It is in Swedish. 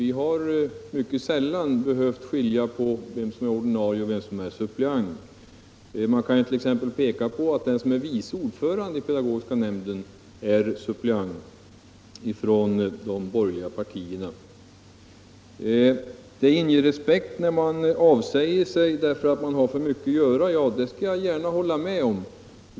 Vi har mycket sällan behövt skilja på vem som är ordinarie och vem som är suppleant. Jag kan t.ex. nämna att den som är vice ordförande i pedagogiska nämnden är suppleant från de borgerliga partierna. Det sades också här att det inger respekt att man avsäger sig därför att man har för mycket att göra. Ja, det håller jag gärna med om.